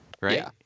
right